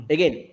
Again